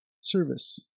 service